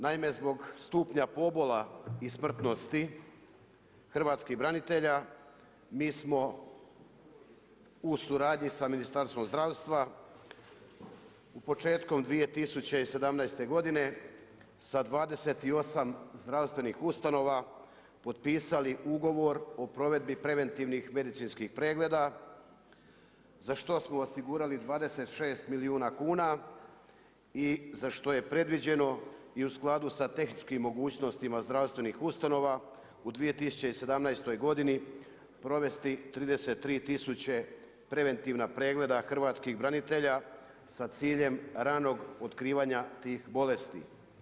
Naime, zbog stupnja pobola i smrtnosti hrvatskih branitelja, mi smo u suradnji sa Ministarstvom zdravstva, početkom 2017. godine sa 28 zdravstvenih ustanova, potpisali ugovor o provedbi preventivnih medicinskih pregleda, za što smo osigurali 26 milijuna kuna i za što je predviđeno i u skladu sa tehničkom mogućnostima zdravstvenih ustanova u 2017. godini provesti 33 tisuće preventivna pregleda hrvatskih branitelja, sa ciljem ranog otkrivanja tih bolesti.